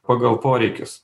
pagal poreikius